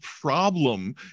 problem